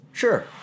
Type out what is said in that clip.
Sure